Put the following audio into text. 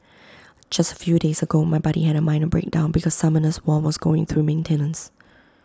just A few days ago my buddy had A minor breakdown because Summoners war was going through maintenance